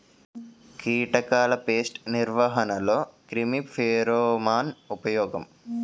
కీటకాల పేస్ట్ నిర్వహణలో క్రిమి ఫెరోమోన్ ఉపయోగం